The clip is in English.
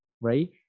right